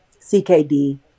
CKD